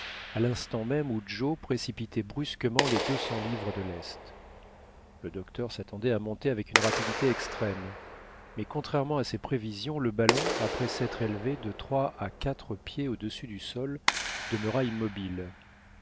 à l'instant même où joe précipitait brusquement les deux cents livres de lest le docteur s'attendait à monter avec une rapidité extrême mais contrairement à ses prévisions le ballon après s'être élevé de trois à quatre pieds au-dessus du sol demeura immobile